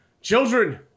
Children